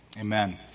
Amen